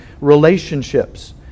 relationships